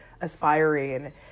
aspiring